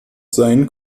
sein